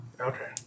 Okay